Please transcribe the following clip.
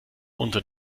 unter